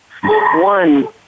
one